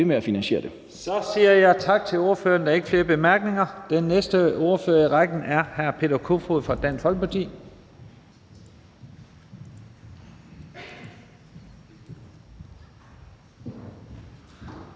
Lahn Jensen): Så siger jeg tak til ordføreren. Der er ikke flere bemærkninger. Den næste ordfører i rækken er hr. Peter Kofod fra Dansk Folkeparti.